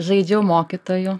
žaidžiau mokytoju